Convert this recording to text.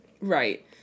Right